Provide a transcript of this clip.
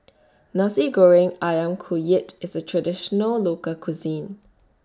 Nasi Goreng Ayam Kunyit IS A Traditional Local Cuisine